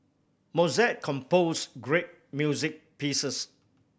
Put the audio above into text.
Mozart composed great music pieces